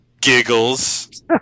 Giggles